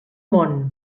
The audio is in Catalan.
món